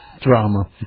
Drama